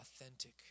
authentic